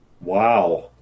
Wow